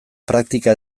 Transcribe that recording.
praktika